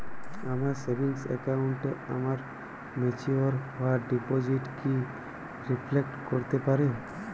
আমার সেভিংস অ্যাকাউন্টে আমার ম্যাচিওর হওয়া ডিপোজিট কি রিফ্লেক্ট করতে পারে?